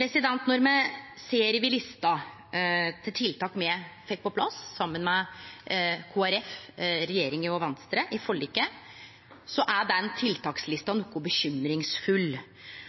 Når me ser på lista over tiltak me fekk på plass – saman med Kristeleg Folkeparti, regjeringspartia den gongen og Venstre – i forliket, er den tiltakslista noko bekymringsfull.